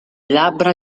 labbra